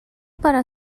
para